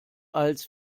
als